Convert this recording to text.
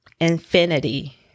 infinity